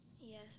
Yes